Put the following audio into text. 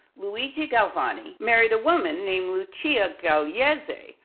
luigi galvani married a woman named lucia galeazzi,